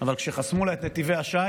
אבל כשחסמו לה את נתיבי השיט